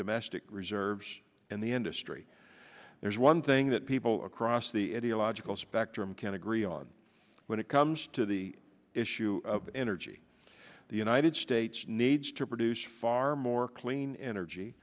domestic reserves in the industry there's one thing that people across the ideological spectrum can agree on when it comes to the issue of energy the united states needs to produce far more clean energy